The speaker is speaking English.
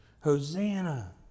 Hosanna